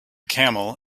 camel